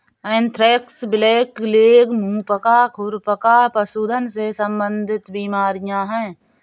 anthrax, blackleg, मुंह पका, खुर पका पशुधन से संबंधित बीमारियां हैं